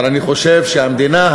אבל אני חושב שהמדינה,